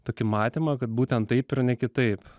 tokį matymą kad būtent taip ir ne kitaip